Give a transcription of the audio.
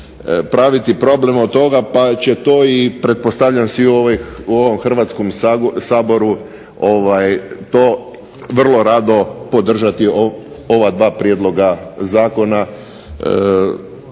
praviti problem od toga, pa će to pretpostavljam svi u ovom Hrvatskom saboru to vrlo rado podržati ova dva prijedloga zakona